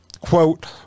quote